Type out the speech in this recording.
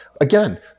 Again